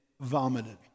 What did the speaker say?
vomited